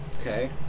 Okay